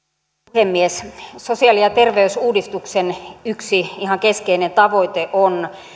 puhemies sosiaali ja terveysuudistuksen yksi ihan keskeinen tavoite on